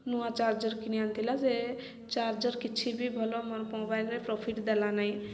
ନୂଆ ଚାର୍ଜର କିଣି ଆଣିଥିଲା ସେ ଚାର୍ଜର କିଛି ବି ଭଲ ଆମର ମୋବାଇଲରେ ପ୍ରଫିଟ୍ ଦେଲା ନାହିଁ